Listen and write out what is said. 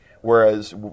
whereas